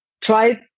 try